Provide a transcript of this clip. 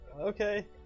okay